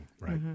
Right